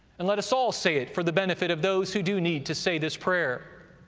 and let us all say it for the benefit of those who do need to say this prayer.